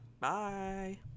Bye